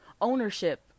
ownership